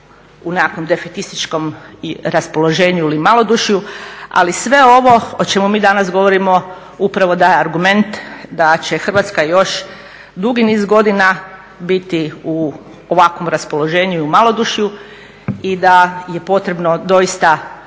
u nekakvom defetističkom raspoloženju ili malodušju ali sve ovo o čemu mi danas govorimo upravo daje argument da će Hrvatska još dugi niz godina biti u ovakvom raspoloženju i u malodušju i da je potrebno doista